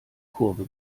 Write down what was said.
kurve